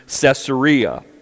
Caesarea